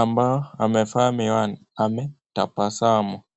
ambaye amevaa miwani anatabasamu.